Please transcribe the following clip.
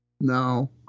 No